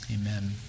Amen